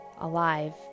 alive